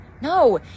No